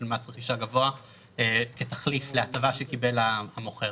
מס רכישה גבוה כתחליף להטבה שקיבל המוכר.